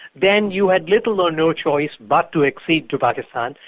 then you had little or no choice but to accede to pakistan,